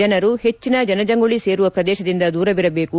ಜನರು ಹೆಚ್ಲಿನ ಜನಜಂಗುಳಿ ಸೇರುವ ಪ್ರದೇಶದಿಂದ ದೂರವಿರಬೇಕು